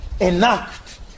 enact